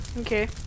Okay